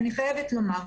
אני חייבת לומר,